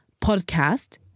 podcast